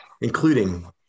including